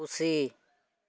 ᱯᱩᱥᱤ